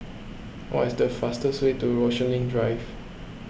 what is the fastest way to Rochalie Drive